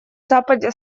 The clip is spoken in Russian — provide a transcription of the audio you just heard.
западе